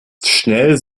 schnell